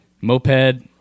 moped